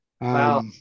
Wow